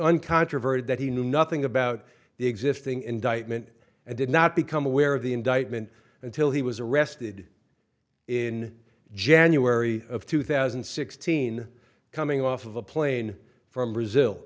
uncontroverted that he knew nothing about the existing indictment and did not become aware of the indictment until he was arrested in january of two thousand and sixteen coming off of a plane from brazil